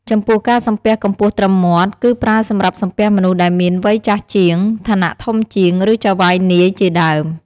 ចំំពោះការសំពះកម្ពស់ត្រឹមមាត់ គឺប្រើសម្រាប់សំពះមនុស្សដែលមាន វ័យចាស់ជាង ឋានៈធំជាង ឬចៅហ្វាយនាយជាដើម។